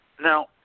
now